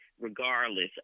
regardless